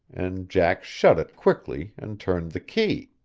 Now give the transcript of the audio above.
and jack shut it quickly and turned the key.